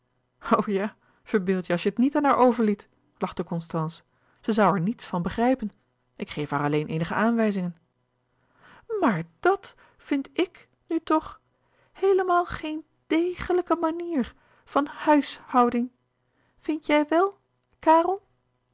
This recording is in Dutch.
verbeeldt je als je het niet aan haar overliet lachte constance ze zoû er niets van begrijpen ik geef haar alleen eenige aanwijzingen maar dàt vind ik nu toch heelemaal geen d e g e l i j k e manier van h u i s huding vindt jij wèl kàrel